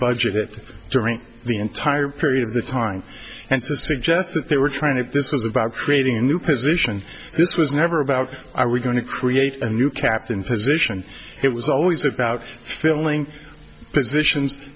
budget during the entire period of the time and to suggest that they were trying to this was about creating a new position this was never about are we going to create a new captain position it was always about filling positions